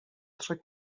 trzech